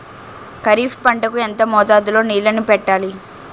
ఖరిఫ్ పంట కు ఎంత మోతాదులో నీళ్ళని పెట్టాలి?